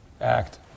act